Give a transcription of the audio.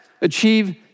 achieve